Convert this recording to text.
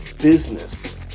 business